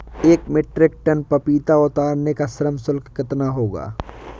एक metric ton पपीता उतारने का श्रम शुल्क कितना होगा?